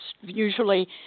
Usually